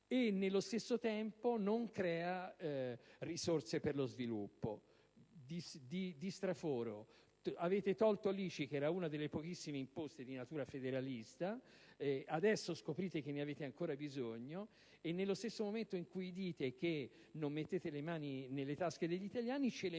e, nello stesso tempo, non crea risorse per lo sviluppo. Di straforo avete tolto l'ICI, una delle pochissime imposte di natura federalista; adesso scoprite che ne avete ancora bisogno, e nello stesso momento in cui dite che non mettete le mani nelle tasche degli italiani le